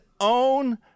own